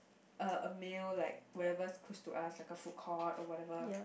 uh a meal like wherever is close to us like a food court or whatever